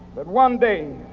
that one day